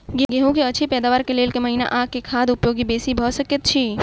गेंहूँ की अछि पैदावार केँ लेल केँ महीना आ केँ खाद उपयोगी बेसी भऽ सकैत अछि?